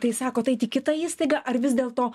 tai sakot eit į kitą įstaigą ar vis dėlto